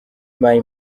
mai